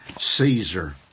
Caesar